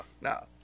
no